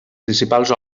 principals